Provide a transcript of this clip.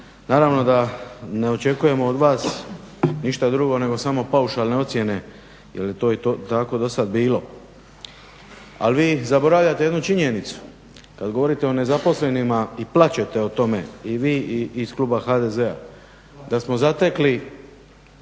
Naravno da ne očekujemo od vas ništa drugo nego samo paušalne ocjene jer to je tako dosad bilo. Ali vi zaboravljate jednu činjenicu. Kada govorite o nezaposlenima i plačete o tome i vi i iz kluba HDZ-a da smo zatekli